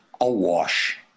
awash